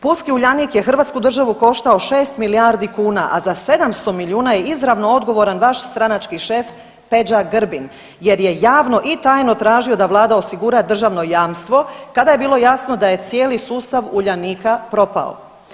Pulski Uljanik je hrvatsku državu koštao 6 milijardi kuna, a za 700 milijuna je izravno odgovoran vaš stranački šef, Peđa Grbin, jer je javno i tajno tražio da Vlada osigura državno jamstvo kada je bilo jasno da je cijeli sustav Uljanika propao.